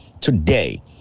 Today